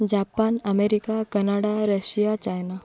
Japan America Canada Russia China